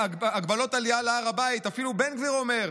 הגבלות עלייה להר הבית, אפילו בן גביר אומר: